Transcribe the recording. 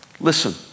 Listen